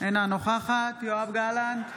אינה נוכחת יואב גלנט,